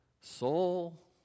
Soul